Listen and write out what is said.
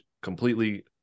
completely